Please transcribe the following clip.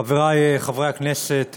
חברי חברי הכנסת,